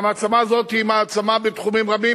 והמעצמה הזאת היא מעצמה בתחומים רבים,